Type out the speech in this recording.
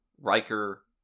Riker